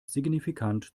signifikant